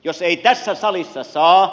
jos ei tässä salissa saa